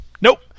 Nope